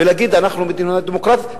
ולהגיד: אנחנו מדינה דמוקרטית,